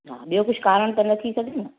हा ॿियो कुझु कारण त न थी सघिजे न